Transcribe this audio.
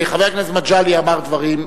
חבר הכנסת מגלי והבה